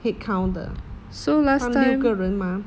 headcount 的他们六个人 mah